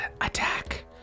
attack